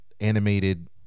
animated